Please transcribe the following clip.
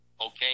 okay